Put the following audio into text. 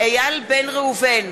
איל בן ראובן,